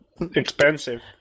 expensive